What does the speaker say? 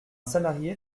salarié